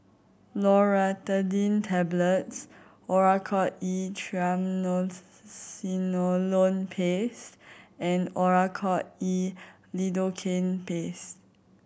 Loratadine Tablets Oracort E Triamcinolone Paste and Oracort E Lidocaine Paste